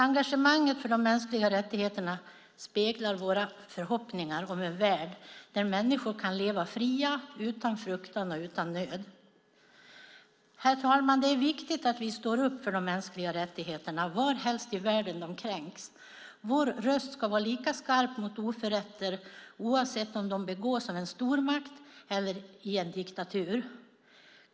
Engagemanget för de mänskliga rättigheterna speglar våra förhoppningar om en värld där människor kan leva fria, utan fruktan och nöd. Det är viktigt att vi står upp för de mänskliga rättigheterna varhelst i världen de kränks. Vår röst ska vara lika skarp mot oförrätter oavsett om de begås av en stormakt eller i en diktatur.